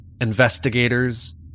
Investigators